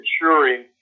ensuring